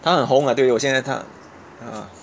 他很红 ah 对我现在他 ah